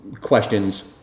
questions